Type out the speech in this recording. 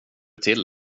till